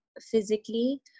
physically